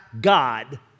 God